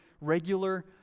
regular